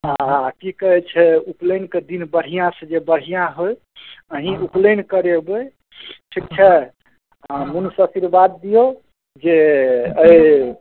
आ कि कहै छै उपनयन के दिन बढ़िआँ से जे बढ़िआँ होइ एहि उपनयन करेबै ठीक छै अहाँ मोनसँ आशीर्वाद दियौ जे एहि